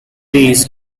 pays